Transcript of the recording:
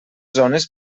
zones